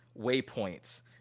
waypoints